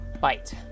bite